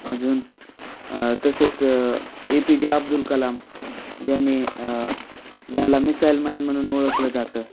अजून तसेच A P J Abdul Kalam ज्यांनी ज्यांना मिसाईल मॅन म्हणून ओळखलं जातं